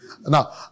Now